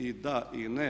I da i ne.